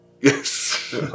Yes